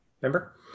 Remember